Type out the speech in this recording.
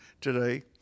today